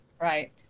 right